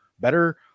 better